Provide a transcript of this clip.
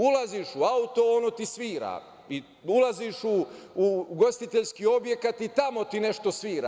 Ulaziš u auto ono ti svira, ulaziš u ugostiteljski objekat i tamo ti nešto svira.